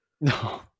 No